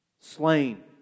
slain